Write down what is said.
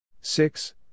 Six